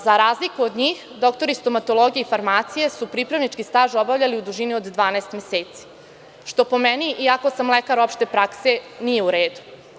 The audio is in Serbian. Za razliku od njih, doktori stomatologije i farmacije su pripravnički staž obavljali u dužini od 12 meseci, što je po meni, iako sam lekar opšte prakse, nije u redu.